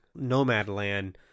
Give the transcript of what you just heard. nomadland